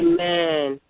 Amen